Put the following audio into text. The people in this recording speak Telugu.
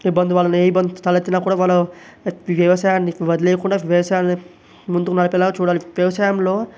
ఇబ్బంది వలన ఏ ఇబ్బందులు తలెత్తిన కూడా మన వ్యవసాయాన్ని వదిలేయకుండా వ్యవసాయమే ముందుకు నడిపేలా చూడాలి వ్యవసాయంలో